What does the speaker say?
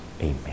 Amen